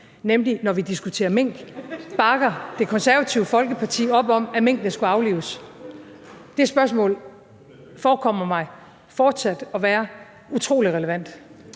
nemlig når vi diskuterer mink: Bakker Det Konservative Folkeparti op om, at minkene skulle aflives? Det spørgsmål forekommer mig fortsat at være utrolig relevant.